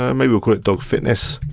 um maybe we'll call it dog fitness,